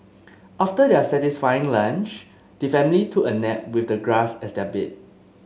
after their satisfying lunch the family took a nap with the grass as their bed